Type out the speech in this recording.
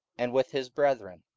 and with his brethren.